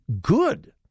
good